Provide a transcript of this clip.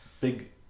Big